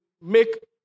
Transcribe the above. make